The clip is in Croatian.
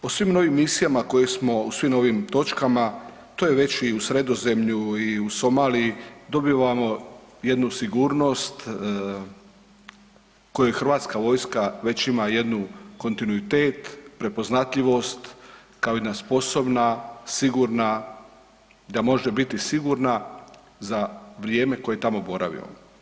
Po svim ovim misijama koje smo u svim ovim točkama, to je već i u Sredozemlju i u Somaliji dobivamo jednu sigurnost koju HV već ima jednu kontinuitet, prepoznatljivost, kao jedna sposobna, sigurna, da može biti sigurna za vrijeme koje tamo boravi.